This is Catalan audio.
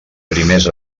primers